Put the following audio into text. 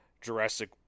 Jurassic